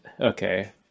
okay